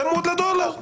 צמוד לדולר.